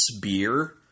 beer